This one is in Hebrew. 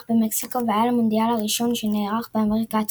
במקסיקו והיה למונדיאל הראשון שנערך באמריקה הצפונית.